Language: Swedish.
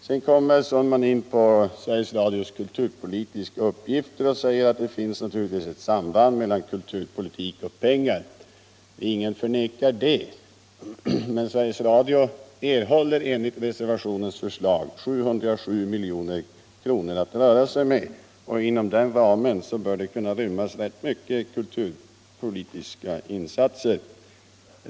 Sedan kommer herr Sundman in på Sveriges Radios kulturpolitiska uppgifter och säger att det finns naturligtvis ett samband mellan kulturpolitik och pengar. Ingen förnekar det. Men Sveriges Radio erhåller enligt reservationens förslag 707 milj.kr. att röra sig med, och inom den ramen bör det rymmas rätt mycket av kulturpolitiska insatser.